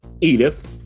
Edith